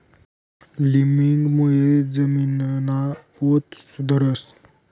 लिमिंगमुळे जमीनना पोत सुधरस